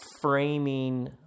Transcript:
framing